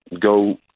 go